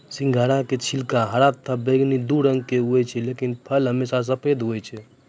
सिंघाड़ा के छिलका हरा तथा बैगनी दू रंग के होय छै लेकिन फल हमेशा सफेद होय छै